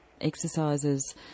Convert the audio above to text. exercises